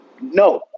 No